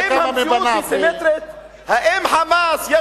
האם "חמאס",